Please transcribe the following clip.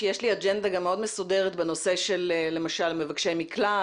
שיש לי אג'נדה גם מאוד מסודרת בנושא למשל של מבקשי מקלט,